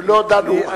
ולא דנו.